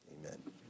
Amen